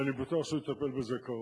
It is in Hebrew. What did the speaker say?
ואני בטוח שהוא יטפל בזה כראוי.